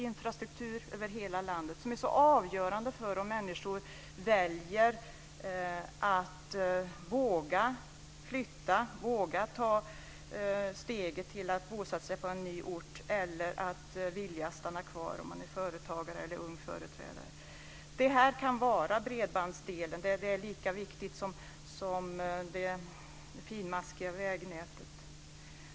Infrastruktur över hela landet är avgörande för om människor väljer att flytta, vågar ta steget till att bosätta sig på en ny ort eller vill stanna kvar om man är företagare eller ung företrädare. Det här kan gälla bredbandsdelen. Den är lika viktig som det finmaskiga vägnätet.